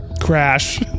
Crash